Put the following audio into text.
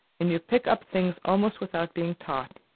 and you pick up things almost without being taught.